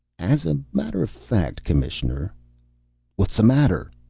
as a matter of fact, commissioner what's the matter?